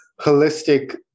holistic